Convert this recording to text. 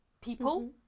people